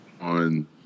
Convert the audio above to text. on